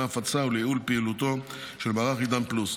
הפצה ולייעול פעילותו של מערך עידן פלוס.